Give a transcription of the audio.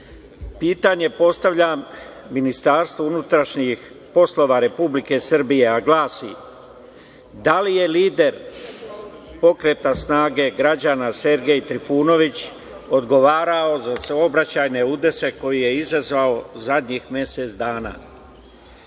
pitanje postavljam Ministarstvu unutrašnjih poslova Republike Srbije, a glasi – da li je lider Pokreta snage građana Sergej Trifunović odgovarao za saobraćajne udese koje je izazvao zadnjih mesec